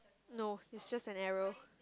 no it's just an arrow